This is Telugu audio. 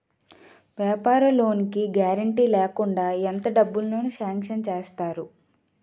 వ్యాపార లోన్ కి గారంటే లేకుండా ఎంత డబ్బులు సాంక్షన్ చేస్తారు?